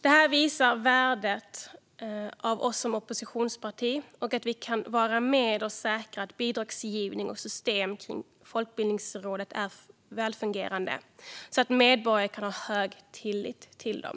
Det här visar värdet av oss som oppositionsparti - vi kan vara med och säkra att bidragsgivning och system kring Folkbildningsrådet är välfungerande, så att medborgarna kan ha hög tillit till dem.